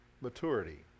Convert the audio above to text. maturity